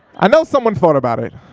i know someone thought about it.